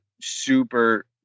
super